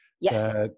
Yes